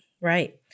right